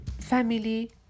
family